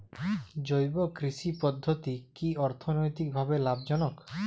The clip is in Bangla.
জৈব কৃষি পদ্ধতি কি অর্থনৈতিকভাবে লাভজনক?